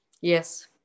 Yes